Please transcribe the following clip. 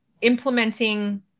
implementing